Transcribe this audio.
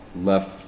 left